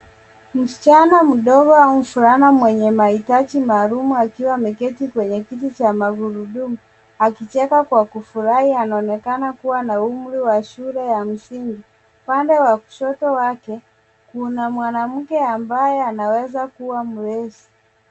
Msichana mdogo au mvulana mwenye mahitaji maalum akiwa ameketi kwenye kiti cha magurudumu akicheka kwa kufurahi anaonekana kuwa na umri wa shule ya msingi. Upande wa kushoto wake kuna mwanamke ambaye anaweza kuwa mlezi.